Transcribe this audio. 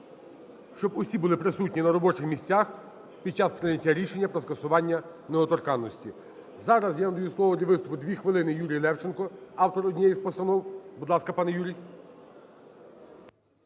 щоб усі були присутні на робочих місцях під час прийняття рішення по скасуванню недоторканності. Зараз я надаю слово для виступу, 2 хвилини, Юрію Левченку – автору однією з постанов. Будь ласка, Пане Юрію.